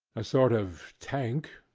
a sort of tank,